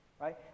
right